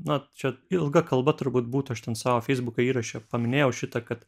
na čia ilga kalba turbūt būtų aš ten savo feisbuke įraše paminėjau šitą kad